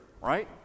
right